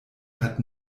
hat